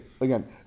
Again